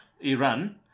Iran